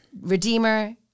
redeemer